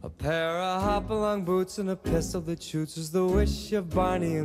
apebalabucena saldačiu acizdavosi barį